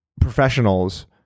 professionals